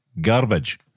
garbage